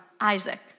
Isaac